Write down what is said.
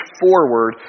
forward